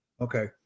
Okay